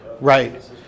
Right